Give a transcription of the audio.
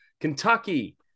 Kentucky